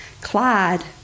Clyde